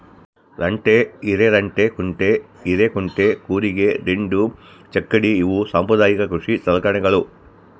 ರಂಟೆ ಹಿರೆರಂಟೆಕುಂಟೆ ಹಿರೇಕುಂಟೆ ಕೂರಿಗೆ ದಿಂಡು ಚಕ್ಕಡಿ ಇವು ಸಾಂಪ್ರದಾಯಿಕ ಕೃಷಿ ಸಲಕರಣೆಗಳು